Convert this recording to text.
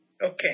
Okay